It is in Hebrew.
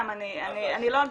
גם, אני לא אגיד,